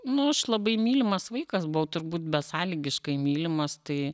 nu aš labai mylimas vaikas buvau turbūt besąlygiškai mylimas tai